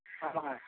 ஆமாங்க